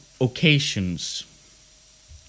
occasions